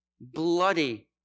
bloody